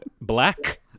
black